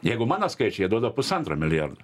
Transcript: jeigu mano skaičiai jie duoda pusantro milijardo